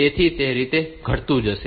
તેથી તે રીતે તે ઘટતું જશે